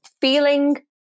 feeling